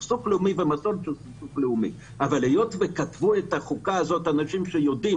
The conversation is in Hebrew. היות וכתבו את החוקה הזאת אנשים שיודעים